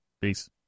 Peace